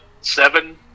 Seven